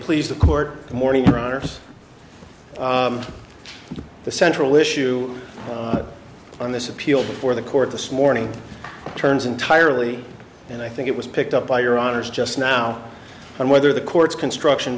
please the court morning runners the central issue on this appeal before the court this morning turns entirely and i think it was picked up by your honour's just now on whether the court's construction